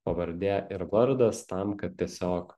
pavardė ir vardas tam kad tiesiog